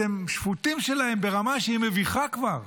אתם שפוטים שלהם ברמה שהיא מביכה כבר.